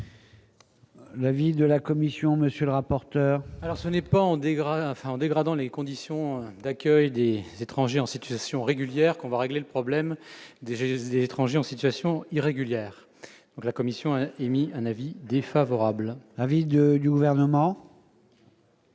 L'avis de la Commission, monsieur le rapporteur, alors ce n'est. Pas en dégradant, enfin en dégradant les conditions d'accueil des étrangers en situation régulière, qu'on va régler le problème des étrangers en situation irrégulière, donc la commission a émis un avis défavorable. Vide de du gouvernement.